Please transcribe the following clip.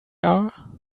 are